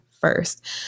first